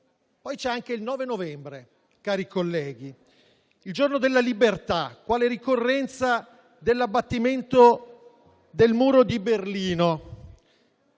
poi anche il 9 novembre, cari colleghi, il Giorno della libertà, quale ricorrenza dell'abbattimento del Muro di Berlino.